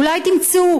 אולי תמצאו,